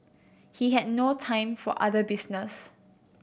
he had no time for other business